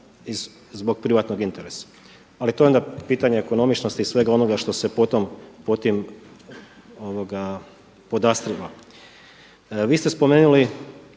zbog privatnog interesa, ali to je onda pitanje ekonomičnosti i svega onoga što se pod tim podastrijeva. Vi ste spomenuli